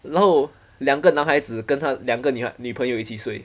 然后两个男孩子跟他两个女孩女朋友一起睡